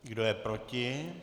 Kdo je proti?